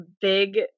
big